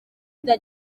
bya